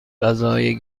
غذای